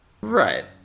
Right